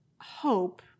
hope